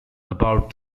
about